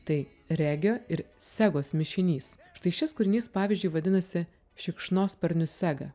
tai regio ir segos mišinys tai šis kūrinys pavyzdžiui vadinasi šikšnosparnių sega